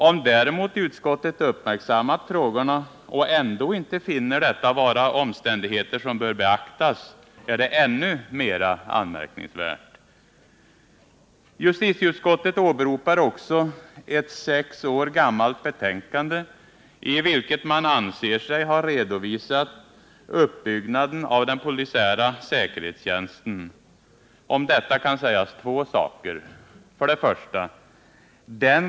Om däremot utskottet uppmärksammat dem och ändå inte finner att de bör beaktas, är det ännu mera anmärkningsvärt. Justitieutskottet åberopar också ett sex år gammalt betänkande i vilket man anser sig ha redovisat uppbyggnaden av den polisiära säkerhetstjänsten. Om detta kan sägas två saker. 1.